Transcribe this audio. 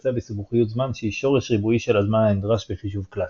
המתבצע בסיבוכיות זמן שהיא שורש ריבועי של הזמן הנדרש בחישוב קלאסי.